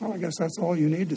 i guess that's all you need to